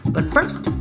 but first,